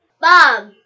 Bob